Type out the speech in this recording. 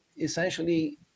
essentially